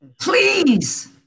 Please